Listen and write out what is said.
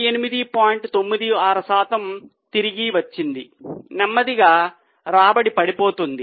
96 శాతం తిరిగి వచ్చింది నెమ్మదిగా రాబడి పడిపోతోంది